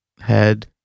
head